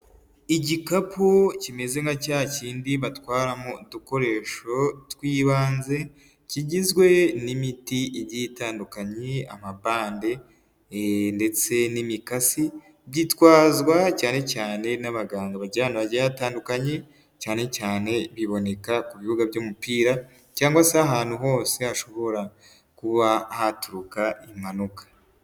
Igikapu kimeze nka cya kindi batwaramo udukoresho tw'ibanze, kigizwe n'imiti igiye itandukanye, amabande ndetse n'imikasi. Byitwazwa cyane cyane n'abaganga bagiye ahantu hagiye hatandukanye, cyane cyane biboneka ku bibuga by'umupira cyangwa se ahantu hose hashobora kuba haturuka impanuka.